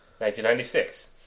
1996